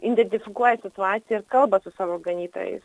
identifikuoja situaciją ir kalba su savo ganytojais